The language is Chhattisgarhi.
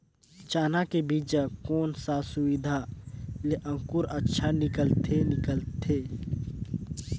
चाना के बीजा कोन सा विधि ले अंकुर अच्छा निकलथे निकलथे